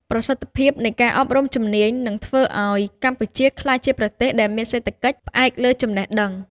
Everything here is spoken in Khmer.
ប្រសិទ្ធភាពនៃការអប់រំជំនាញនឹងធ្វើឱ្យកម្ពុជាក្លាយជាប្រទេសដែលមានសេដ្ឋកិច្ចផ្អែកលើចំណេះដឹង។